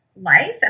life